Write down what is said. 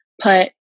put